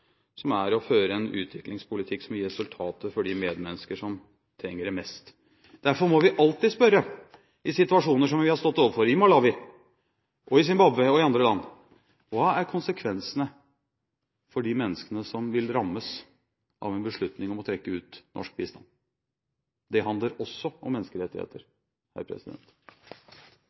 som er å føre en utviklingspolitikk som gir resultater for de medmennesker som trenger det mest. Derfor må vi alltid spørre når vi står overfor situasjoner som i Malawi, i Zimbabwe og i andre land: Hva blir konsekvensene for de menneskene som vil rammes av en beslutning om å trekke ut norsk bistand? Det handler også om menneskerettigheter.